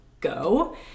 go